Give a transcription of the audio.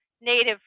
native